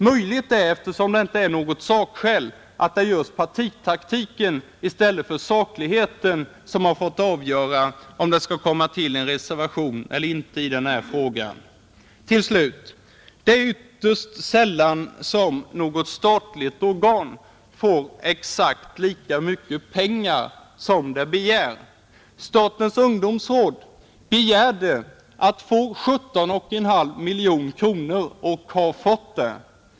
Möjligt är, eftersom det inte är något sakskäl, att det är just partitaktiken och inte sakligheten som har fått avgöra om det skulle komma till en reservation eller inte i den här frågan. Till slut: Det är ytterst sällan som ett statligt organ får exakt lika mycket pengar som det begärt. Statens ungdomsråd begärde att få 17,5 miljoner kronor och har fått det.